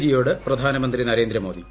G യോട് പ്രധാനമന്ത്രി നരേന്ദ്രമോദി